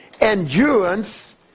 endurance